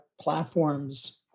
platforms